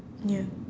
ya